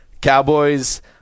Cowboys